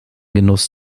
genuss